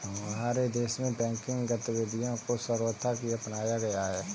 हमारे देश में बैंकिंग गतिविधियां को सर्वथा ही अपनाया गया है